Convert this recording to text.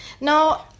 No